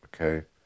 Okay